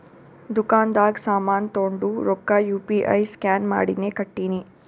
ದುಕಾಂದಾಗ್ ಸಾಮಾನ್ ತೊಂಡು ರೊಕ್ಕಾ ಯು ಪಿ ಐ ಸ್ಕ್ಯಾನ್ ಮಾಡಿನೇ ಕೊಟ್ಟಿನಿ